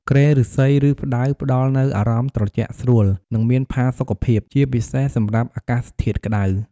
គ្រែឫស្សី ឬផ្តៅផ្តល់នូវអារម្មណ៍ត្រជាក់ស្រួល និងមានផាសុកភាព ជាពិសេសសម្រាប់អាកាសធាតុក្តៅ។